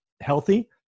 healthy